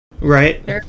Right